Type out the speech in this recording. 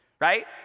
Right